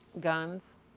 Guns